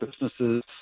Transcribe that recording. businesses